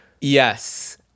yes